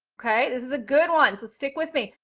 okay, this is a good one, so stick with me.